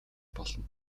болно